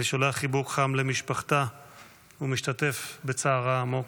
שולח חיבוק חם למשפחתה ומשתתף בצערה העמוק.